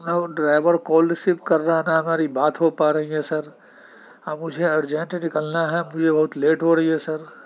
نہ وہ driver call receiver کر رہا نہ ہماری بات ہو پا رہی ہے سر مجھے ارجنٹ نکلنا ہے مجھے بہت لیٹ ہو رہی ہے سر